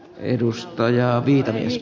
edustaja viitamies